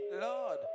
Lord